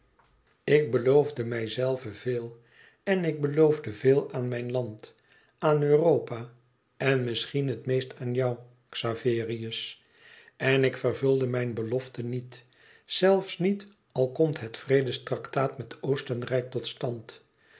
ik beloofde mijzelven veel en ik beloofde veel aan mijn land aan europa en misschien het meest aan jou xaverius en ik vervulde mijn belofte niet zelfs niet al komt het vrede tractaat met oostenrijk tot stand